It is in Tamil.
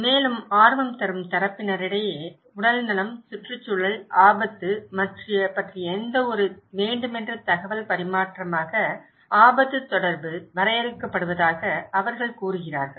மேலும் ஆர்வம் தரும் தரப்பினரிடையே உடல்நலம் சுற்றுச்சூழல் ஆபத்து பற்றிய எந்தவொரு வேண்டுமென்றே தகவல் பரிமாற்றமாக ஆபத்து தொடர்பு வரையறுக்கப்படுவதாக அவர்கள் கூறுகிறார்கள்